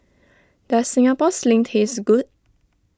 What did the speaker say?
does Singapore Sling taste good